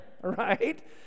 right